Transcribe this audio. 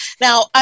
Now